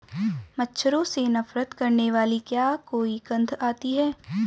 मच्छरों से नफरत करने वाली क्या कोई गंध आती है?